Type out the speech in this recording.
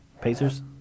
Pacers